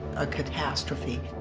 a catostrophy.